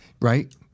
right